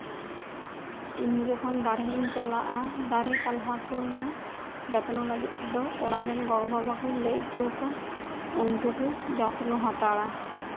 ᱤᱧ ᱡᱚᱠᱷᱚᱱ ᱵᱟᱦᱨᱤᱧ ᱪᱟᱞᱟᱜᱼᱟ ᱫᱟᱨᱮ ᱯᱟᱞᱦᱟ ᱠᱚ ᱨᱮᱭᱟᱜ ᱡᱚᱛᱱᱚ ᱞᱟᱹᱜᱤᱫ ᱛᱮᱫᱚ ᱚᱲᱟᱜ ᱨᱮᱱ ᱜᱚᱜᱚ ᱵᱟᱵᱟ ᱛᱟᱠᱚᱧ ᱞᱟᱹᱭ ᱦᱚᱴᱚ ᱟᱠᱚᱣᱟ ᱩᱱᱠᱩ ᱠᱚ ᱡᱚᱛᱱᱚ ᱦᱟᱛᱟᱲᱟ